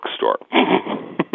bookstore